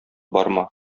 барма